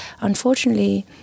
Unfortunately